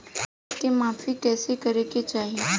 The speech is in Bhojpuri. खेत के माफ़ी कईसे करें के चाही?